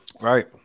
Right